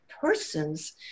persons